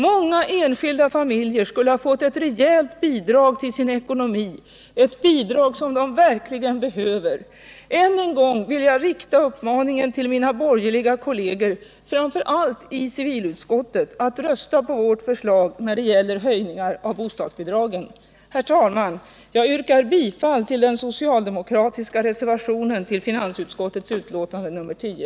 Många enskilda familjer skulle ha fått ett rejält bidrag till sin ekonomi, ett bidrag som de verkligen behöver. Än en gång vill jag rikta uppmaningen till mina borgerliga kolleger, framför allt i civilutskottet, att rösta på vårt förslag när det gäller höjningar av bostadsbidragen. Herr talman! Jag yrkar bifall till den socialdemokratiska reservationen vid finansutskottets betänkande nr 10.